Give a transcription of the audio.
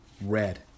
red